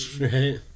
Right